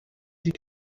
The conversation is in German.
die